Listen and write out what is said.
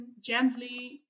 gently